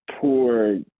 poor